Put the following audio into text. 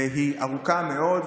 והיא ארוכה מאוד.